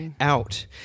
out